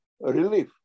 relief